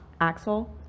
Axel